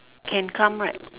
can come right